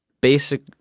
basic